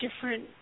different